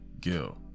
Gil